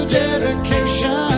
dedication